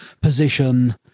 position